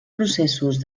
processos